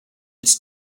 its